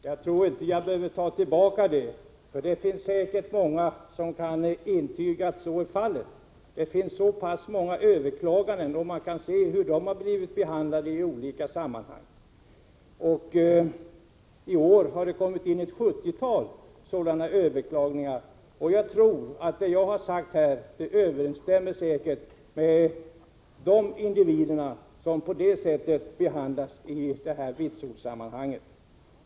Herr talman! Jag behöver inte ta tillbaka mina ord. Det finns säkert många som kan intyga att jag har rätt. Det görs ganska många överklaganden, och vi kan se hur de har behandlats i olika sammanhang. I år har det kommit in ett sjuttiotal sådana överklaganden. Jag tror att det jag här här sagt överensstämmer med uppfattningen hos de individer som behandlats på olika sätt genom detta vitsordssystem.